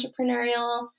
entrepreneurial